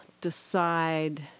decide